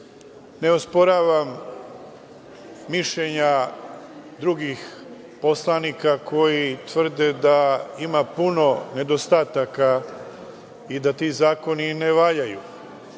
ne osporavam mišljenja drugih poslanika koji tvrde da ima puno nedostatka i da ti zakoni i ne valjaju.